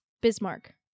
Bismarck